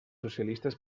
socialistes